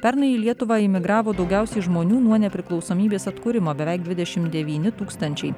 pernai į lietuvą imigravo daugiausiai žmonių nuo nepriklausomybės atkūrimo beveik dvidešim devyni tūkstančiai